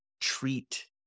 treat